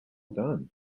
done